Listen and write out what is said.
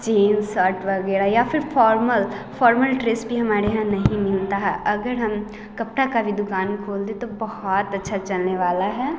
jeans shirt वगैरह या फिर फॉर्मल फॉर्मल ड्रेस भी हमारे यहाँ नहीं मिलता है अगर हम कपड़ा का भी दुकान खोल दे तो बहुत अच्छा चलने वाला है